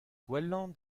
gwellañ